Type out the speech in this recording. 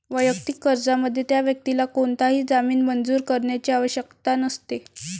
वैयक्तिक कर्जामध्ये, त्या व्यक्तीला कोणताही जामीन मंजूर करण्याची आवश्यकता नसते